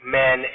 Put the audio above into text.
men